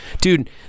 dude